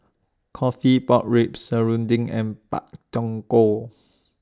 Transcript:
Coffee Pork Ribs Serunding and Pak Thong Ko